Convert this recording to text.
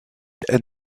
and